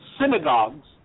synagogues